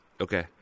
Okay